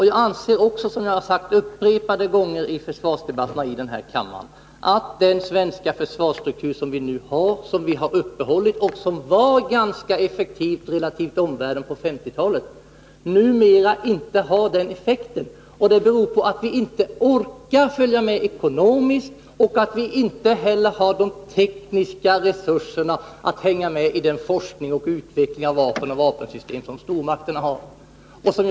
Jag har sagt upprepade gånger i försvarsdebatter i denna kammare att den struktur som vårt försvar nu har och som var ganska effektiv relativt omvärldens på 1950-talet numera inte har samma effekt. Det beror på att vi inte orkar följa med ekonomiskt och inte heller har de tekniska resurserna att hänga med i forskningen på området och i den utveckling av vapen och vapensystem som förekommer inom stormakterna.